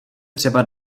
třeba